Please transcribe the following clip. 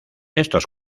estos